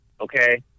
Okay